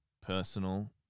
personal